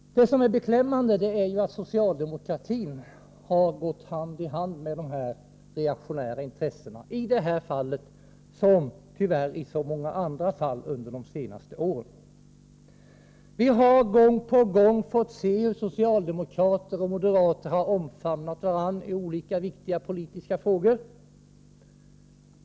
Vad som är beklämmande är ju att socialdemokratin har gått hand i hand med de reaktionära intressena, i detta som tyvärr i så många andra fall under de senaste åren. Vi har gång på gång fått se hur socialdemokrater och moderater har omfamnat varandra i viktiga politiska frågor.